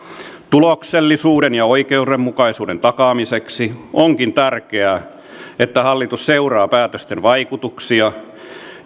tuloksellisuuden ja oikeudenmukaisuuden takaamiseksi onkin tärkeää että hallitus seuraa päätösten vaikutuksia